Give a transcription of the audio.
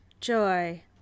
joy